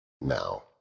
Now